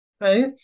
right